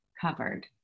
covered